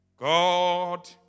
God